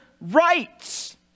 rights